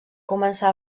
començar